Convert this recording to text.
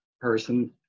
person